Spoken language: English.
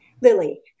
Lily